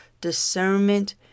discernment